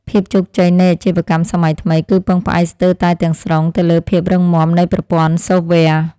ភាពជោគជ័យនៃអាជីវកម្មសម័យថ្មី គឺពឹងផ្អែកស្ទើរតែទាំងស្រុងទៅលើភាពរឹងមាំនៃប្រព័ន្ធសូហ្វវែរ។